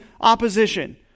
opposition